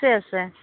আছে আছে